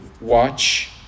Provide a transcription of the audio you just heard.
watch